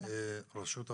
רשות האוכלוסין.